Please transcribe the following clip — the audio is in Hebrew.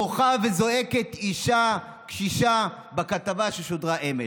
בוכה וזועקת אישה קשישה בכתבה ששודרה אמש,